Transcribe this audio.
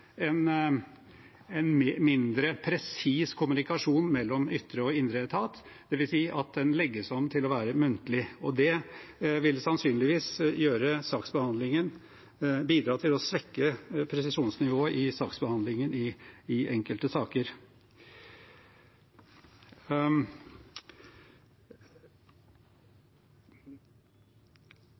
en mindre presis kommunikasjon mellom ytre og indre etat, dvs. at den legges om til å være muntlig. Det vil sannsynligvis bidra til å svekke presisjonsnivået i saksbehandlingen i enkelte saker.